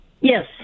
Yes